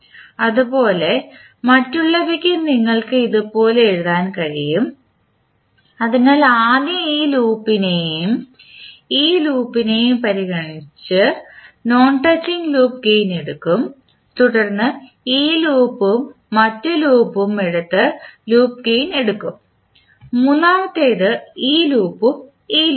അതുപോലെ മറ്റുള്ളവയ്ക്കും നിങ്ങൾക്ക് ഇതുപോലെ എഴുതാൻ കഴിയും അതിനാൽ ആദ്യം ഈ ലൂപ്പിനെയും ഈ ലൂപ്പിനെയും പരിഗണിച്ച് നോൺ ടച്ചിംഗ് ലൂപ്പ് ഗേയിൻ എടുക്കും തുടർന്ന് ഈ ലൂപ്പും മറ്റ് ലൂപ്പും എടുത്ത് ലൂപ്പ് ഗേയിൻ എടുക്കും മൂന്നാമത്തേത് ഈ ലൂപ്പും ഈ ലൂപ്പും